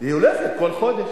היא הולכת, כל חודש.